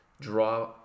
draw